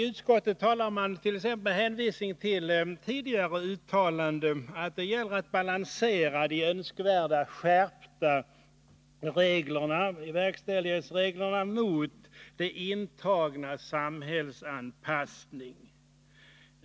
Utskottet säger med hänvisning till tidigare uttalanden att det gäller att balansera de önskvärda skärpta verkställighetsreglerna mot de intagnas samhällsanpassning.